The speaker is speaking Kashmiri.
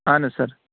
اہن حظ سر